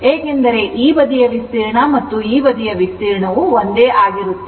ಏಕೆಂದರೆ ಈ ಬದಿಯ ವಿಸ್ತೀರ್ಣ ಮತ್ತು ಈ ಬದಿಯ ವಿಸ್ತೀರ್ಣವು ಒಂದೇ ಆಗಿರುತ್ತದೆ